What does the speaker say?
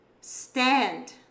stand